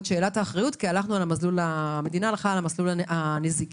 שאלת האחריות כי המדינה הלכה על המסלול הנזיקי.